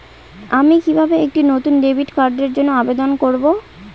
আমি কিভাবে একটি নতুন ডেবিট কার্ডের জন্য আবেদন করব?